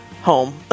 Home